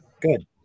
good